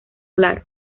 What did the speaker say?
claro